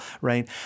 right